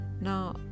Now